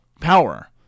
Power